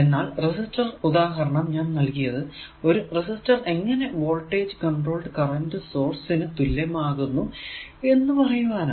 എന്നാൽ റെസിസ്റ്റർ ഉദാഹരണം ഞാൻ നൽകിയത് ഒരു റെസിസ്റ്റർ എങ്ങനെ ഒരു വോൾടേജ് കോൺട്രോൾഡ് കറന്റ് സോഴ്സ് നു തുല്യമാകുന്നു എന്ന് പറയുവാനാണ്